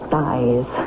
dies